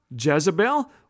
Jezebel